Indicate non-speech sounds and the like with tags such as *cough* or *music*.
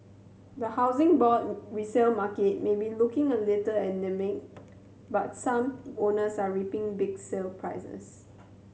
the Housing Board *unintelligible* resale market may be looking a little anaemic but some owners are reaping big sale prices